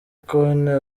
kone